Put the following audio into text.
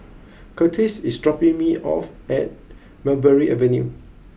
Kurtis is dropping me off at Mulberry Avenue